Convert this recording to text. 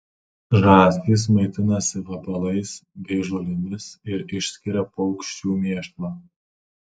žąsys maitinasi vabalais bei žolėmis ir išskiria paukščių mėšlą